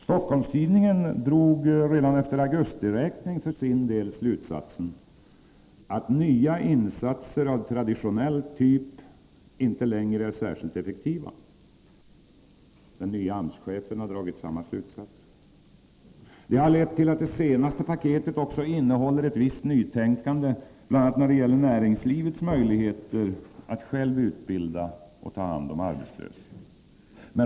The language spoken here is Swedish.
Stockholms-Tidningen drog redan efter augustiräknigen för sin del slutsatsen, att nya insatser av traditionell typ inte längre är särskilt effektiva. Den nye AMS-chefen har dragit samma slutsats. Det har lett till att det senaste paketet också innehåller ett visst nytänkande, bl.a. när det gäller näringslivets möjligheter att självt utbilda och ta hand om arbetslösa.